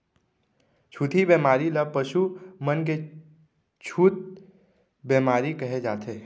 छुतही बेमारी ल पसु मन के छूत बेमारी कहे जाथे